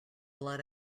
blood